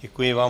Děkuji vám.